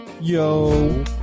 Yo